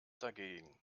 dagegen